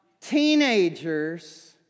teenagers